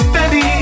Baby